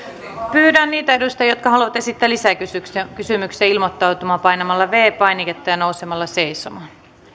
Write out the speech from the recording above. pyydän niitä edustajia jotka haluavat esittää lisäkysymyksiä ilmoittautumaan painamalla viides painiketta ja nousemalla seisomaan